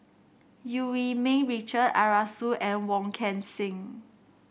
Eu Yee Ming Richard Arasu and Wong Kan Seng